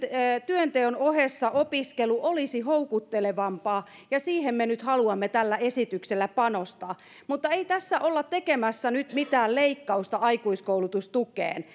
työnteon ohessa opiskelu olisi houkuttelevampaa ja siihen me nyt haluamme tällä esityksellä panostaa mutta ei tässä olla tekemässä nyt mitään leikkausta aikuiskoulutustukeen